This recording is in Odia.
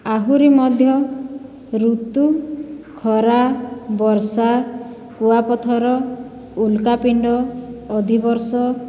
ଆହୁରି ମଧ୍ୟ ଋତୁ ଖରା ବର୍ଷା କୁଆପଥର ଉଲ୍କାପିଣ୍ଡ ଅଧିବର୍ଷ